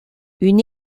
une